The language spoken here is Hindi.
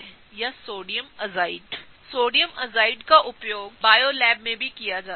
तो सोडियम एज़ाइड का उपयोग बायो लैब में भी किया जाता है